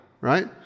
right